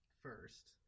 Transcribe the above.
first